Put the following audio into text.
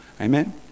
Amen